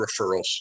referrals